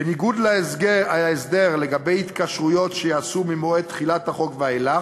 בניגוד להסדר לגבי התקשרויות שייעשו ממועד תחילת החוק ואילך,